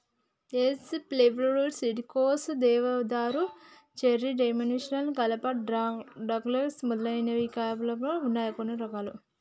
ఏసి plywood, CDX, దేవదారు, cherry, dimensional కలప, Douglas మొదలైనవి కలపలో వున్న కొన్ని రకాలు